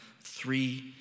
three